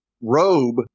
robe